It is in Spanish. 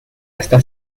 hasta